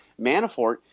manafort